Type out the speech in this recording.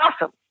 awesome